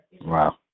Wow